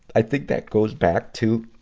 i think that goes back to